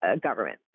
government